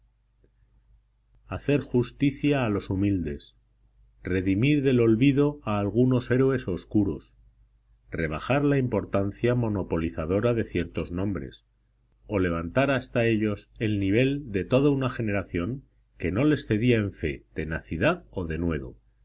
hacer justicia a los humildes redimir del olvido a algunos héroes oscuros rebajar la importancia monopolizadora de ciertos nombres o levantar hasta ellos el nivel de toda una generación que no les cedía en fe tenacidad y denuedo